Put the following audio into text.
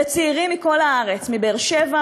של עשרות-אלפי שקלים,